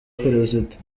perezida